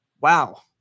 Wow